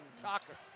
Tucker